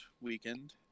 weekend